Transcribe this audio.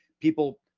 people